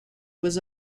was